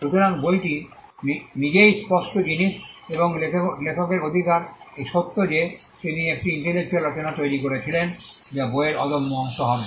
সুতরাং বইটি নিজেই স্পষ্ট জিনিস এবং লেখকের অধিকার এই সত্য যে তিনি একটি ইন্টেলেকচুয়াল রচনা তৈরি করেছিলেন যা বইয়ের অদম্য অংশ হবে